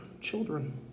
children